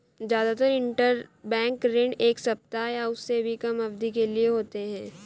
जादातर इन्टरबैंक ऋण एक सप्ताह या उससे भी कम अवधि के लिए होते हैं